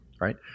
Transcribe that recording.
right